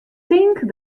tink